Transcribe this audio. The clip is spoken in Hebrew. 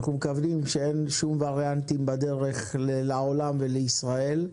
אנחנו מקווים שאין שום וריאנטים בדרך לעולם ולישראל.